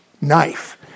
knife